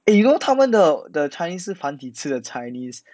eh you know 他们的的 chinese 是繁体字的 chinese